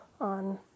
On